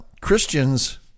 Christians